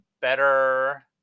better